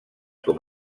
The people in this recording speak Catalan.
com